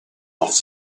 off